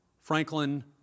Franklin